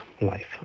life